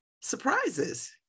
surprises